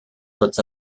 tots